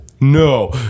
No